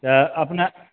तऽ अपने